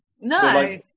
no